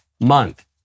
month